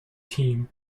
team